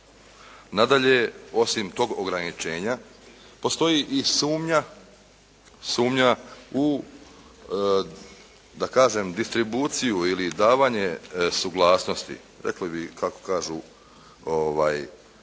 Nadalje, osim tog ograničenja postoji i sumnja u da kažem distribuciju ili davanje suglasnosti, rekli bi kako kažu, iako